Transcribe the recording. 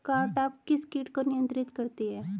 Cartap किस किट को नियंत्रित करती है?